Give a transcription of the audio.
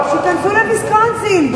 שייכנסו לוויסקונסין.